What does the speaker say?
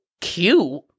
cute